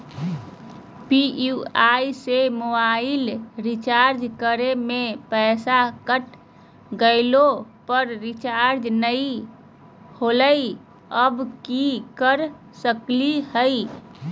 UPI से mobile recharge करे में पैसा कट गेलई, पर रिचार्ज नई होलई, अब की कर सकली हई?